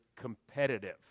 competitive